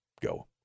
go